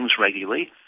regularly